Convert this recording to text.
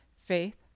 faith